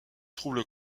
trouble